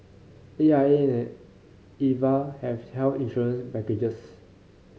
A I A and Aviva have health insurance packages